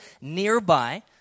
nearby